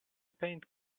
paint